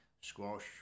squash